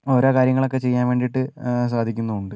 ഓരോ കാര്യങ്ങളൊക്കേ ചെയ്യാൻ വേണ്ടിയിട്ട് സാധിക്കുന്നുമുണ്ട്